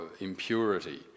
impurity